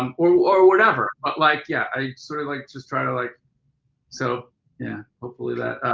um or or whatever. but like yeah, i sort of like just try to like so yeah hopefully that